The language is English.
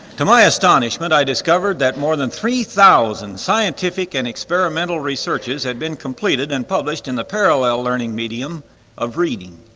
to my astonishment i discovered that more than three thousand scientific and experimental researches had been completed and published in the parallel learning medium of reading.